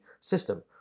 system